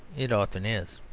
it often is.